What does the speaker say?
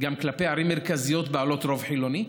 גם כלפי ערים מרכזיות בעלות רוב חילוני?